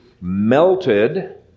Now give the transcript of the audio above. melted